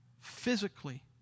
physically